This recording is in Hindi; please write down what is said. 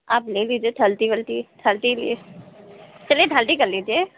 आप ले लीजिए थल्ती वल्टी थल्ती चलिए थल्ती कर लीजिए